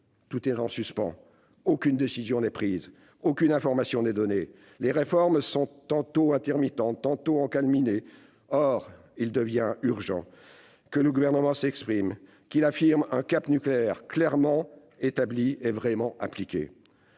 tout est en suspens. Aucune décision n'est prise, aucune information n'est donnée. Les réformes sont tantôt imminentes, tantôt encalminées. Or il devient urgent que le Gouvernement s'exprime, qu'il affirme un cap nucléaire, clairement établi et vraiment appliqué.